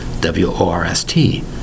W-O-R-S-T